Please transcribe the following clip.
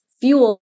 fuel